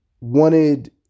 wanted